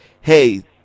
hey